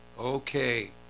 Okay